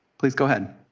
please go ahead.